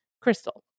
crystal